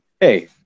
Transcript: hey